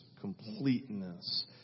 Completeness